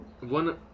One